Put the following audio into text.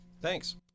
Thanks